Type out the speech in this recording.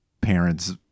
parents